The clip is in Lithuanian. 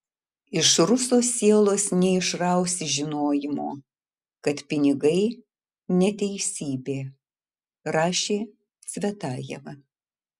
iš ruso sielos neišrausi žinojimo kad pinigai neteisybė rašė cvetajeva